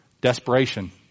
desperation